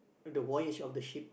the voyage of the ship